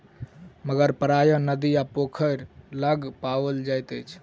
मगर प्रायः नदी आ पोखैर लग पाओल जाइत अछि